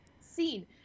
seen